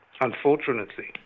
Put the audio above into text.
Unfortunately